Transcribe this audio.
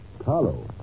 Carlo